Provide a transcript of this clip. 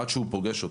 עד שהוא פוגש אותו.